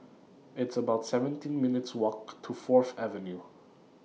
It's about seventeen minutes' Walk to Fourth Avenue